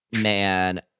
man